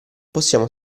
possiamo